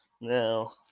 No